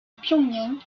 pyongyang